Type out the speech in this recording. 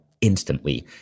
Instantly